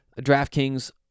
DraftKings